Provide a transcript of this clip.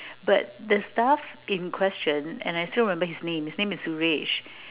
but the staff in question and I still remember his name his name is